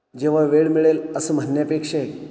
जेव्हा वेळ मिळेल असं म्हणण्यापेक्षाही